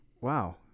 wow